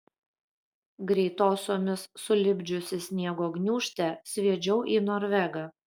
greitosiomis sulipdžiusi sniego gniūžtę sviedžiau į norvegą